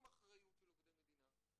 עם אחריות של עובדי מדינה,